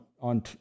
on